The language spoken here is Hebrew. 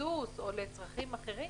לריסוס או לצרכים אחרים